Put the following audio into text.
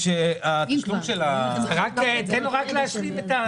תן לו רק להשלים.